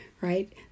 right